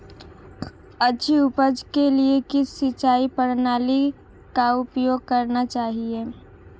अच्छी उपज के लिए किस सिंचाई प्रणाली का उपयोग करना चाहिए?